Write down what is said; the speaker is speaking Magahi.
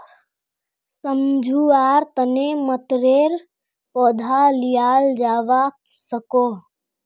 सम्झुआर तने मतरेर पौधा लियाल जावा सकोह